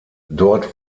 dort